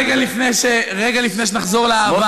רגע לפני שנחזור לאהבה,